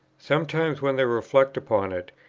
sometimes, when they reflect upon it,